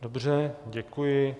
Dobře, děkuji.